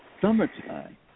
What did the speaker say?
Summertime